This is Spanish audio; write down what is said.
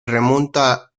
remonta